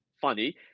funny